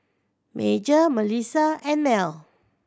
Major Melissa and Mell